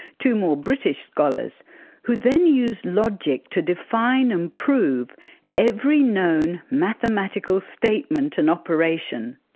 two more british scholars who then used logic to define and prove every known mathematical statement and operation.